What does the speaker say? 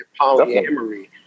polyamory